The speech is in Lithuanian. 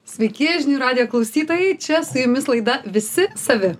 sveiki žinių radijo klausytojai čia su jumis laida visi savi